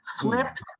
flipped